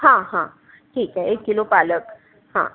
हां हां ठीक आहे एक किलो पालक हा